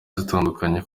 zitandukanye